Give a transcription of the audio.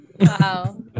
wow